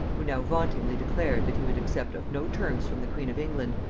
who now vauntingly declared, that he would accept of no terms from the queen of england,